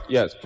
Yes